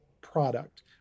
product